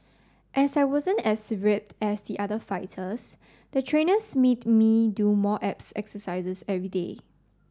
as I wasn't as ripped as the other fighters the trainers made me do more abs exercises everyday